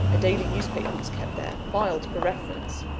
a daily newspaper was kept there, filed for reference.